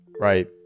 right